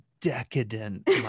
decadent